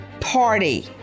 party